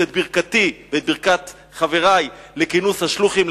את ברכתי ואת ברכת חברי לכינוס השלוחים,